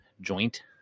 joint